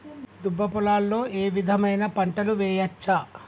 దుబ్బ పొలాల్లో ఏ విధమైన పంటలు వేయచ్చా?